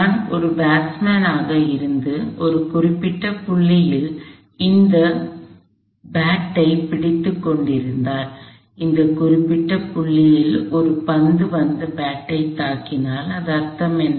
நான் ஒரு பேட்ஸ்மேனாக இருந்து ஒரு குறிப்பிட்ட புள்ளியில் நான் இந்த பேட்டை பிடித்துக் கொண்டிருந்தால் இந்த குறிப்பிட்ட புள்ளியில் ஒரு பந்து வந்து பேட்டைத் தாக்கினால் இதன் அர்த்தம் என்ன